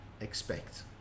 expect